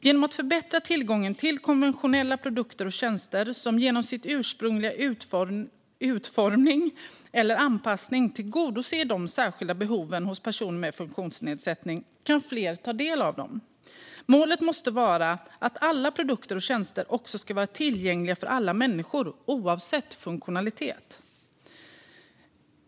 Genom att man förbättrar tillgången till konventionella produkter och tjänster som genom sin ursprungliga utformning eller anpassning tillgodoser de särskilda behoven hos personer med funktionsnedsättning kan fler ta del av dem. Målet måste vara att alla produkter och tjänster ska vara tillgängliga för alla människor, oavsett funktionalitet.